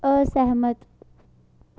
असैह्मत